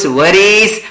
worries